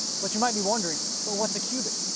but you might be wondering, well, what's a cubit?